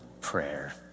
prayer